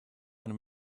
and